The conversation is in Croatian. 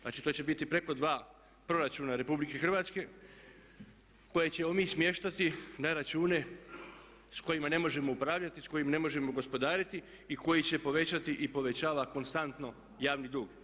Znači, to će biti preko dva proračuna Republike Hrvatske koje ćemo mi smještati na račune s kojima ne možemo upravljati, s kojim ne možemo gospodariti i koji će povećati i povećava konstantno javni dug.